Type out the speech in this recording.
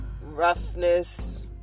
roughness